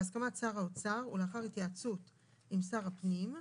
בהסכמת שר האוצר ולאחר התייעצות עם שר הפנים,